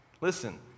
Listen